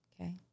Okay